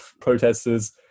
protesters